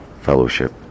Fellowship